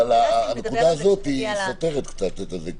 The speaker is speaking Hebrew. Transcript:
אבל הנקודה הזאת סותרת קצת את זה.